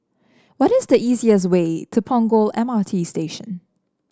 what is the easiest way to Punggol M RT Station